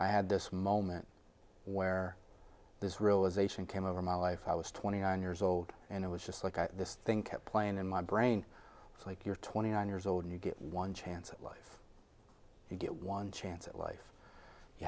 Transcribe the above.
i had this moment where this realization came over my life i was twenty nine years old and it was just like this thing kept playing in my brain it's like you're twenty nine years old and you get one chance at life you get one chance at life you